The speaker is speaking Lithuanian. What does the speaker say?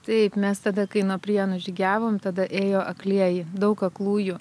taip mes tada kai nuo prienų žygiavom tada ėjo aklieji daug aklųjų